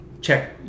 check